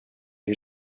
ait